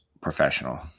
professional